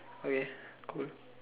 okay cool